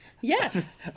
yes